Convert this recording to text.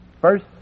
First